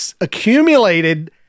accumulated